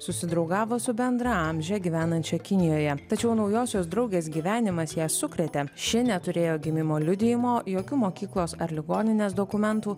susidraugavo su bendraamže gyvenančia kinijoje tačiau naujosios draugės gyvenimas ją sukrėtė ši neturėjo gimimo liudijimo jokių mokyklos ar ligoninės dokumentų